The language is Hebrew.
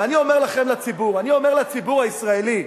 ואני אומר לכם, לציבור, אני אומר לציבור הישראלי: